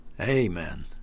Amen